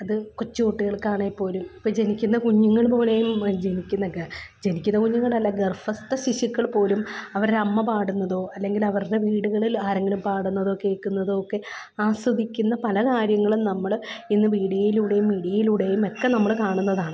അത് കൊച്ചുകുട്ടികൾക്കണേ പോലും ഇപ്പോള് ജനിക്കുന്ന കുഞ്ഞുങ്ങൾ പോലെയും ജനിക്കുന്ന കുഞ്ഞുങ്ങളല്ല ഗര്ഭസ്ഥ ശിശുക്കൾ പോലും അവരുടമ്മ പാടുന്നതോ അല്ലെങ്കിൽ അവരുടെ വീടുകളിൽ ആരെങ്കിലും പാടുന്നതോ കേള്ക്കുന്നതോ ഒക്കെ ആസ്വദിക്കുന്ന പല കാര്യങ്ങളും നമ്മള് ഇന്ന് വീഡിയോയിലൂടെയും മീഡിയായിലൂടെയും ഒക്കെ നമ്മള് കാണുന്നതാണ്